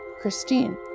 Christine